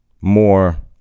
more